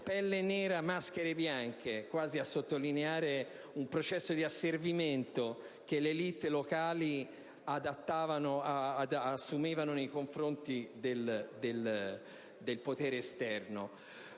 «Pelle nera maschere bianche», quasi a sottolineare un processo di asservimento che le *elite* locali assumevano nei confronti del potere esterno.